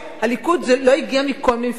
הליכוד לא הגיע מכל מיני מפלגות.